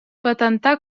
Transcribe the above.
patentar